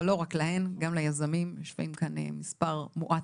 אבל לא רק להן אלא גם ליזמים ויושבים כאן מספר מועט